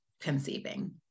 conceiving